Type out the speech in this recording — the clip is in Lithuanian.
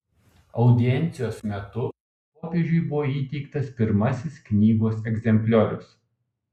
audiencijos metu popiežiui buvo įteiktas pirmasis knygos egzempliorius